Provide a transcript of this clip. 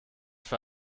für